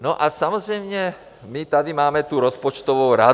No a samozřejmě my tady máme tu rozpočtovou radu.